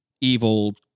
evil